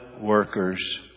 workers